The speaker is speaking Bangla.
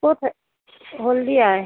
কোথায় হলদিয়ায়